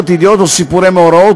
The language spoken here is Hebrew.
ידיעות או סיפורי מאורעות,